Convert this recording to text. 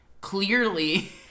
Clearly